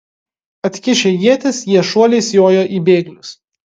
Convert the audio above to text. atkišę ietis jie šuoliais jojo į bėglius